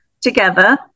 together